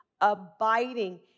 abiding